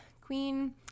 Queen